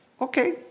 Okay